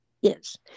yes